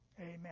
amen